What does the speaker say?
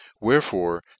Wherefore